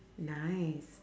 nice